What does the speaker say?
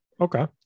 Okay